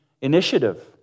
initiative